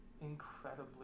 incredibly